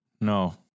No